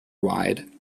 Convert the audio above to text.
wide